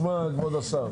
שלום כבוד השר.